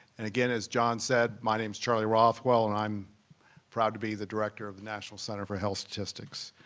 and, again, as john said, my name's charlie rothwell and i'm proud to be the director of the national center for health statistics.